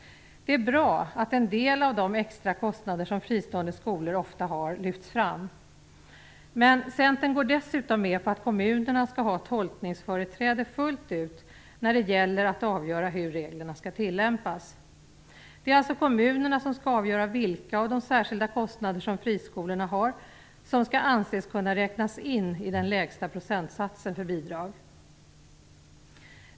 Det är bra att en del av de extra kostnader som fristående skolor ofta har lyfts fram. Men Centern går dessutom med på att kommunerna skall ha tolkningsföreträde fullt ut när det gäller att avgöra hur reglerna skall tillämpas. Det är alltså kommunerna som skall avgöra vilka av friskolornas särskilda kostnader som skall anses kunna räknas in i den lägsta procentsatsen för bidrag.